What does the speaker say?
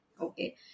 Okay